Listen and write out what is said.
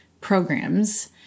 programs